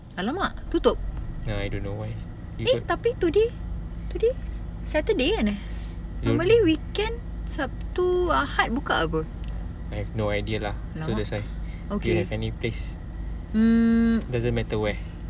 ya I don't know why I've no idea lah so that's why you have any place doesn't matter where